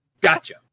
Gotcha